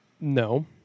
no